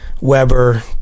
Weber